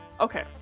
Okay